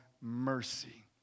mercy